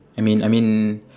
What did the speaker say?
I mean I mean